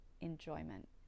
enjoyment